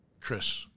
Chris